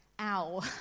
ow